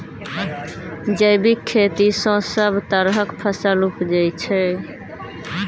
जैबिक खेती सँ सब तरहक फसल उपजै छै